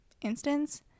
instance